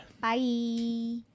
Bye